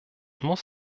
muss